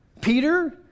Peter